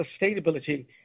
sustainability